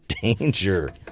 Danger